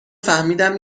فهمیدم